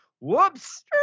whoops